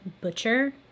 butcher